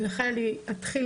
נתחיל